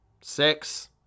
six